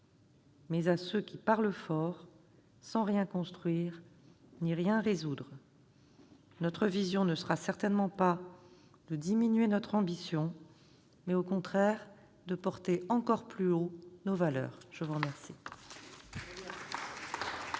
mais à ceux qui parlent fort sans rien construire ni rien résoudre. Notre vision ne sera certainement pas de diminuer notre ambition, mais au contraire de porter encore plus haut nos valeurs. Nous allons